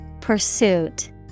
Pursuit